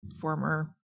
former